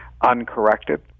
uncorrected